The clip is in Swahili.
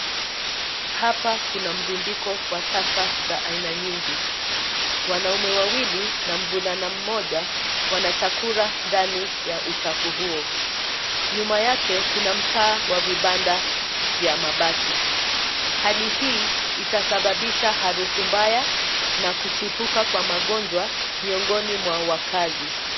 Hapa kuna mrunduko wa taka za aina nyingi. Wanaume wawili na mvulana mmoja wanachakura ndani ya uchafu huo. Nyuma yake ,kuna mtaa wa vibanda vya mabati. Hali hii, itasababisha harufu mbaya na kuchipuka kwa magonjwa miongoni mwa wakazi.